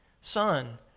Son